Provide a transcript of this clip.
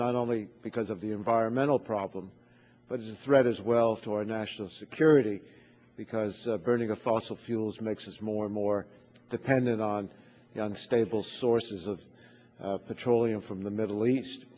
not only because of the environmental problem but it's threat as well to our national security because the burning of fossil fuels makes us more and more dependent on young stable sources of petroleum from the middle east